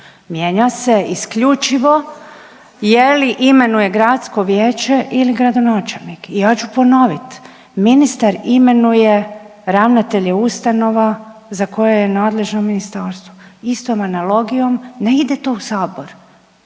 Mijenja se isključivo je li imenuje gradsko vijeće ili gradonačelnik. I ja ću ponovit, ministar imenuje ravnatelje ustanove za koje je nadležno ministarstvo. Istom analogijom ne ide to u sabor,